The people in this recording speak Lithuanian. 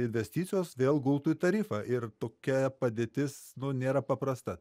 investicijos vėl gultų į tarifą ir tokia padėtis nėra paprasta